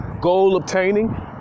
goal-obtaining